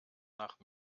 nach